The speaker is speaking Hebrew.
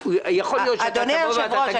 יכול להיות שאתה תגיד --- אדוני היושב-ראש,